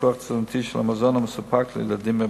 פיקוח תזונתי של המזון המסופק לילדים בבתי-הספר.